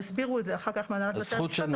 יסבירו את זה אחר כך מהנהלת בתי המשפט,